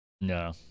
No